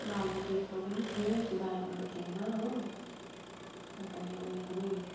Barbie क्वीकमा पनि थियो त्यो बार्बीको थिममा हो अन्त यो ऊ यो पनि